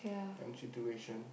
and situation